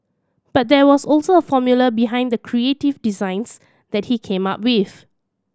but there was also a formula behind the creative designs that he came up with